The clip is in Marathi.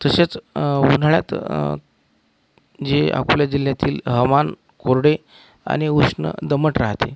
तसेच उन्हाळ्यात जे आपल्या जिल्ह्यातील हवामान कोरडे आणि उष्ण दमट राहते